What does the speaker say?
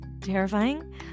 terrifying